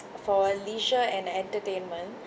for leisure and entertainment